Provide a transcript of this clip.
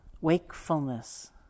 wakefulness